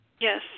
Yes